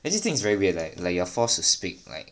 I just think is very weird like like you are forced to speak like